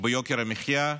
ביוקר המחיה,